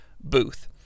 booth